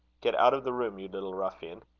get out of the room, you little ruffian!